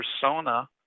persona